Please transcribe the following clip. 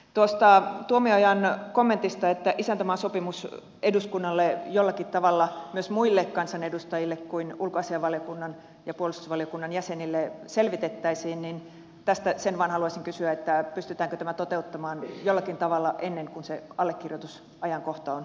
tuosta tuomiojan kommentista että isäntämaasopimus eduskunnalle jollakin tavalla myös muille kansanedustajille kuin ulkoasiainvaliokunnan ja puolustusvaliokunnan jäsenille selvitettäisiin sen vain haluaisin kysyä pystytäänkö tämä toteuttamaan jollakin tavalla ennen kuin se allekirjoitusajankohta on tulossa